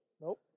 Nope